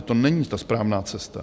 To není ta správná cesta.